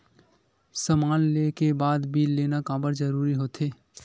समान ले के बाद बिल लेना काबर जरूरी होथे?